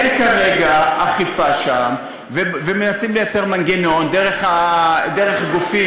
אין כרגע אכיפה שם, ומנסים לייצר מנגנון דרך גופים